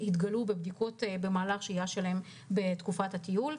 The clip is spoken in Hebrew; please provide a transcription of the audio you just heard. הם התגלו בבדיקות במהלך השהייה שלהם בתקופת הטיול,